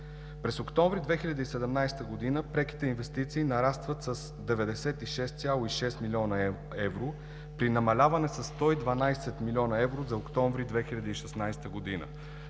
През октомври 2017 г. преките инвестиции нарастват с 96,6 млн. евро при намаляване със 112 млн. евро за октомври 2016 г.